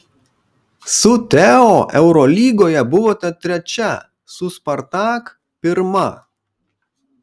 su teo eurolygoje buvote trečia su spartak pirma